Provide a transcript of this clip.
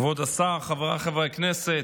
כבוד השר, חבריי חברי הכנסת,